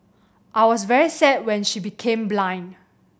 I was very sad when she became blind